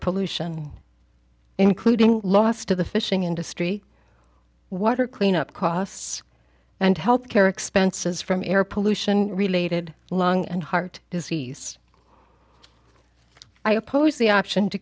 pollution including loss to the fishing industry water cleanup costs and health care expenses from air pollution related lung and heart disease i oppose the option to